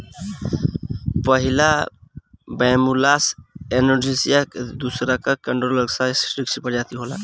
पहिला Bambusa arundinacea आ दूसरका डेन्ड्रोकैलामस स्ट्रीक्ट्स प्रजाति होला